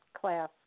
class